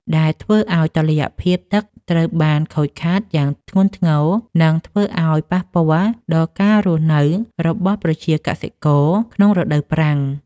ដែលធ្វើឱ្យតុល្យភាពទឹកត្រូវបានខូចខាតយ៉ាងធ្ងន់ធ្ងរ និងធ្វើឱ្យប៉ះពាល់ដល់ការរស់នៅរបស់ប្រជាកសិករក្នុងរដូវប្រាំង។